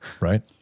right